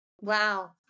Wow